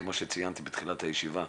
כמו שציינתי בתחילת הישיבה,